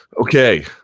Okay